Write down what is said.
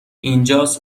اینجاس